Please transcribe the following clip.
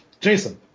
Jason